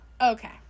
Okay